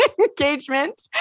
engagement